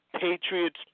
Patriots